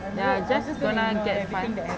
ya just gonna get fine